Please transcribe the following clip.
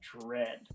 dread